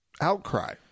outcry